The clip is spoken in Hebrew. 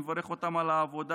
ואני מברך אותם על העבודה